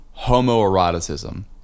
homoeroticism